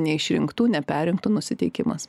neišrinktų neperrinktų nusiteikimas